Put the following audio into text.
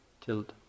tilt